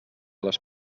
les